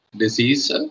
disease